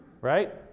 Right